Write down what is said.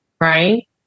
right